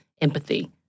empathy